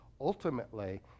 Ultimately